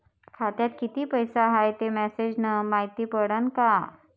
खात्यात किती पैसा हाय ते मेसेज न मायती पडन का?